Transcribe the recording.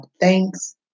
thanks